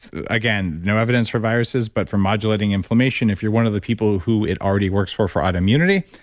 so again, no evidence for viruses, but for modulating inflammation, if you're one of the people who it already works for for autoimmunity,